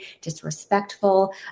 disrespectful